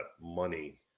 money